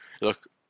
Look